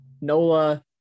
nola